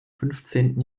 fünfzehnten